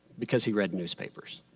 because he read newspapers.